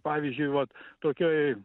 pavyzdžiui vat tokioj